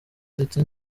ndetse